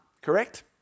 Correct